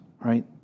right